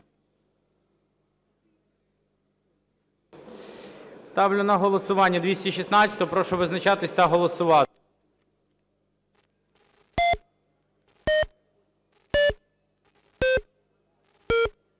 Ставлю на голосування 521 правку. Прошу визначатись та голосувати.